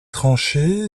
tranchées